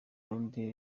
burundi